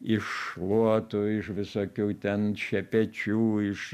iš šluotų iš visokių ten šepečių iš